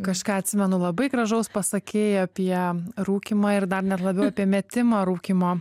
kažką atsimenu labai gražaus pasakiai apie rūkymą ir dar net labiau apie metimą rūkymo